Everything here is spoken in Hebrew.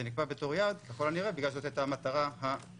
זה נקבע בתור יעד ככל הנראה בגלל שזאת הייתה מטרת העל.